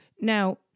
Now